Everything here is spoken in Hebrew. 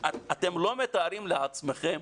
אתם לא מתארים לעצמכם